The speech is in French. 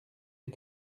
les